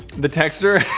the texture